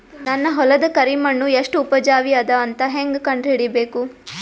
ನನ್ನ ಹೊಲದ ಕರಿ ಮಣ್ಣು ಎಷ್ಟು ಉಪಜಾವಿ ಅದ ಅಂತ ಹೇಂಗ ಕಂಡ ಹಿಡಿಬೇಕು?